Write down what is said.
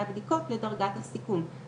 ואת הפקקים שאנחנו משחררם,